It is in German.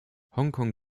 hongkong